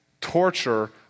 torture